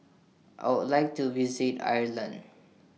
I Would like to visit Ireland